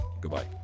Goodbye